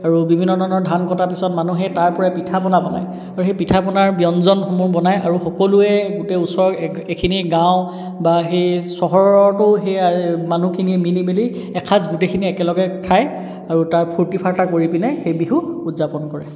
আৰু বিভিন্ন ধৰণৰ ধান কটাৰ পিছত মানুহে তাৰপৰাই পিঠাপনা বনাই আৰু সেই পিঠাপনাৰ ব্যঞ্জনসমূহ বনায় আৰু সকলোৱে গোটে ওচৰৰ এখিনি গাঁও বা সেই চহৰৰটো সেই মানুহখিনিয়ে মিলি মিলি এসাঁজ গোটেখিনিয়ে একেলগে খায় আৰু তাৰ ফূৰ্তি ফাৰ্তা কৰি পিনে সেই বিহু উদযাপন কৰে